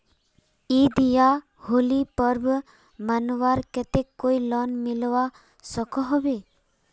ईद या होली पर्व मनवार केते कोई लोन मिलवा सकोहो होबे?